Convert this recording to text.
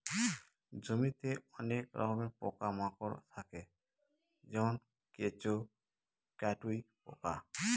জমিতে অনেক রকমের পোকা মাকড় থাকে যেমন কেঁচো, কাটুই পোকা